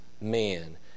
man